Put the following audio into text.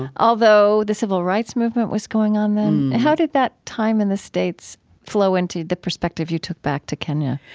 although, the civil rights movement was going on then. how did that time in the states flow into the perspective you took back to kenya?